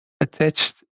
attached